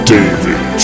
David